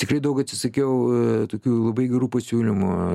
tikrai daug atsisakiau tokių labai gerų pasiūlymų